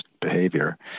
behavior